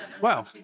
Wow